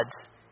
gods